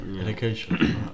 Education